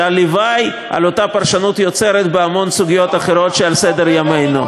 שהלוואי עלי אותה פרשנות יוצרת בהמון סוגיות אחרות שעל סדר-יומנו.